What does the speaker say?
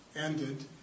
ended